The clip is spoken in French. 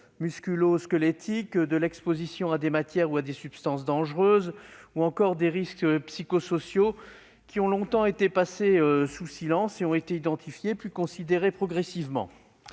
musculo-squelettiques, à l'exposition à des matières ou substances dangereuses ou encore aux risques psychosociaux. Longtemps passées sous silence, elles ont été identifiées, puis considérées progressivement.